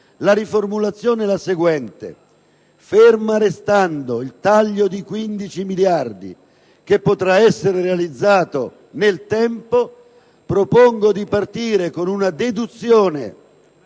tale riformulazione, fermo restando il taglio di 15 miliardi che potrà essere realizzato nel tempo, si propone di partire con una deduzione